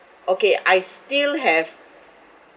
okay I still have